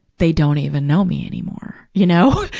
they don't even know me anymore. you know?